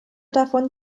davon